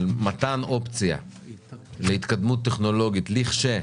של מתן אופציה להתקדמות טכנולוגית כאשר